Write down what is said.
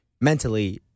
mentally